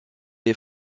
les